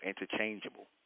interchangeable